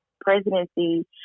presidency